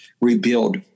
rebuild